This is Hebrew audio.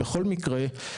בכל מקרה,